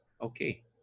okay